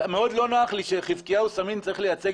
אבל מאוד לא נוח לי שחזקיהו סאמין צריך לייצג